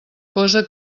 cosa